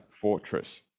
Fortress